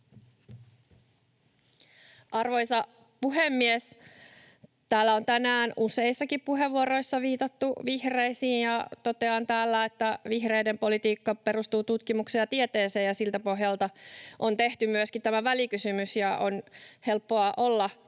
Arvoisa puhemies! Täällä on tänään useissakin puheenvuoroissa viitattu vihreisiin, ja totean, että vihreiden politiikka perustuu tutkimukseen ja tieteeseen ja siltä pohjalta on tehty myöskin tämä välikysymys. On helppoa olla